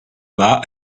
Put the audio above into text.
war